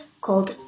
called